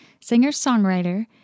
singer-songwriter